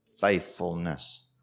faithfulness